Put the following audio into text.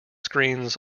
screens